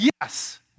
Yes